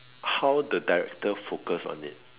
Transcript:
how the director focus on it